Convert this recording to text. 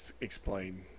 Explain